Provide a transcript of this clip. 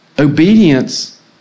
Obedience